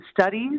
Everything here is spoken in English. studies